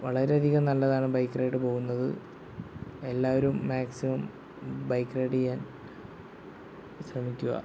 വളരെ അധികം നല്ലതാണ് ബൈക്ക് റൈഡ് പോവുന്നത് എല്ലാവരും മാക്സിമം ബൈക്ക് റൈഡ് ചെയ്യാൻ ശ്രമിക്കുക